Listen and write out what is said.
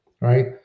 right